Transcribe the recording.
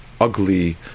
ugly